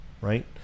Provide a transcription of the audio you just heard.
right